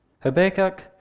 Habakkuk